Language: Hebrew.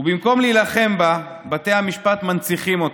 ובמקום להילחם בה בתי המשפט מנציחים אותה.